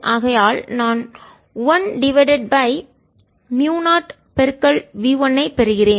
ஆகையால் நான் 1 divided by mu 0v1 ஐப் பெறுகிறேன்